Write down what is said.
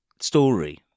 story